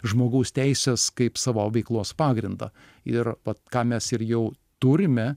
žmogaus teises kaip savo veiklos pagrindą ir ką mes ir jau turime